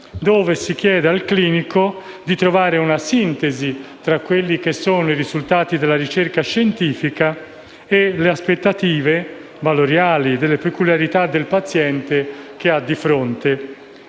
dove si chiede al clinico di trovare una sintesi tra i risultati della ricerca scientifica e le aspettative valoriali e le peculiarità del paziente che ha di fronte.